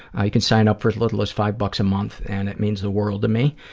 you can sign up for as little as five bucks a month, and it means the world to me.